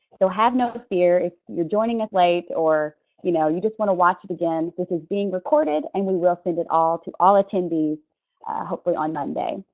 so have no fear, if you're joining us late or you know you just want to watch it again this is being recorded and we will send it to all attendees hopefully on monday.